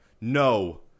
no